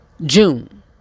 june